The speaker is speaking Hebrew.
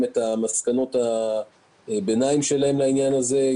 את מסקנות הביניים שלהם בעניין הזה.